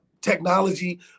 technology